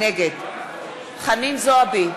נגד חנין זועבי,